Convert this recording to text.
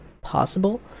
possible